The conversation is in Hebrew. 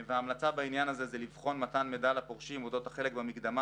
ההמלצה בעניין הזה היא לבחון מתן מידע לפורשים אודות החלק במקדמה